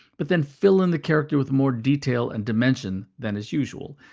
but then fill in the character with more detail and dimension than is usual,